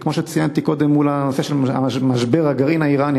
וכמו שציינתי קודם מול הנושא של משבר הגרעין האיראני,